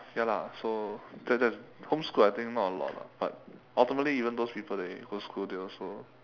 ya lah so the the homeschooled I think not a lot lah but ultimately even those people they go school they also